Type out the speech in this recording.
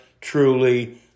truly